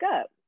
up